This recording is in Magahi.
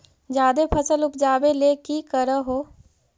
जादे फसल उपजाबे ले की कर हो?